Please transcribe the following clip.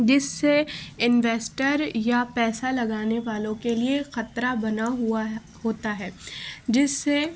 جس سے انویسٹر یا پیسہ لگانے والوں کے لیے خطرہ بنا ہوا ہوتا ہے جس سے